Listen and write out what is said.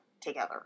together